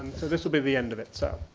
so this'll be the end of it, so.